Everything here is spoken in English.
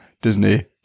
Disney